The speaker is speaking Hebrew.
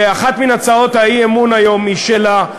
שאחת מהצעות האי-אמון היום היא שלה,